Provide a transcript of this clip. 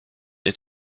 est